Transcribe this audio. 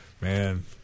Man